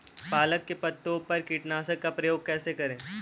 पालक के पत्तों पर कीटनाशक का प्रयोग कैसे करें?